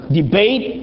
debate